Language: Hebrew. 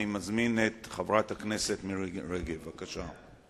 אני מזמין את חברת הכנסת מירי רגב, בבקשה.